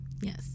Yes